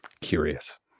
Curious